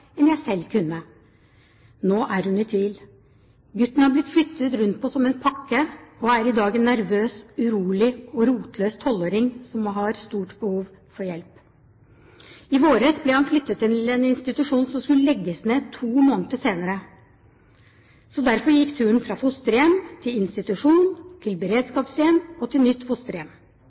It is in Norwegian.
enn jeg selv kunne. Nå er hun i tvil. Gutten har blitt flyttet rundt på som en pakke, og er i dag en nervøs, urolig og rotløs 12-åring som har stort behov for hjelp. I vår ble han flyttet til en institusjon som skulle legges ned to måneder senere. Derfor gikk turen fra fosterhjem, til institusjon, til beredskapshjem og til et nytt fosterhjem.